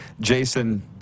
Jason